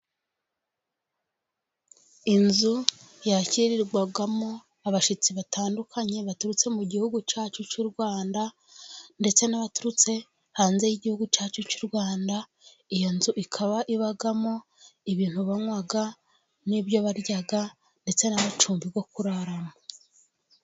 Inzu yakirirwagamo abashyitsi batandukanye, baturutse mu gihugu cyacu cy'u Rwanda, ndetse n'abaturutse hanze y'igihugu cyacu cy'u Rwanda, iyo nzu ikaba ibamo ibintu banywa n'ibyo barya, ndetse n'amacumbi yo kuraramo.